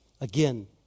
Again